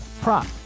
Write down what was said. prop